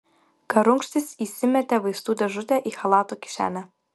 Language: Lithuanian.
garunkštis įsimetė vaistų dėžutę į chalato kišenę